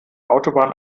autobahn